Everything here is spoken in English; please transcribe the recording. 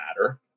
matter